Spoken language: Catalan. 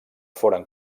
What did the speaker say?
foren